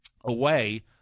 away